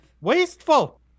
Wasteful